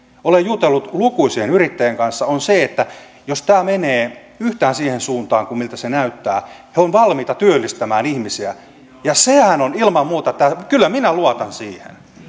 olen jutellut lukuisien yrittäjien kanssa on se että jos tämä menee yhtään siihen suuntaan kuin miltä näyttää he ovat valmiita työllistämään ihmisiä ja sehän on ilman muuta kyllä minä luotan siihen